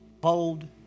Bold